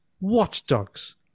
Watchdogs